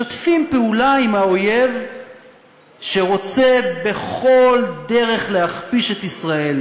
משתפים פעולה עם האויב שרוצה בכל דרך להכפיש את ישראל,